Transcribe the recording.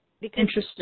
Interesting